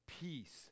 Peace